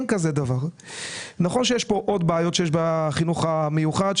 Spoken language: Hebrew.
נכון שיש כאן עוד בעיות שיש בחינוך המיוחד.